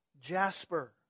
jasper